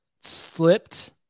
slipped